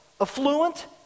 affluent